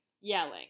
Yelling